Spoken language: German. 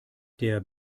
der